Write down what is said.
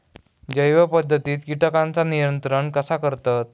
जैव पध्दतीत किटकांचा नियंत्रण कसा करतत?